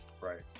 Right